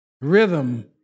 Rhythm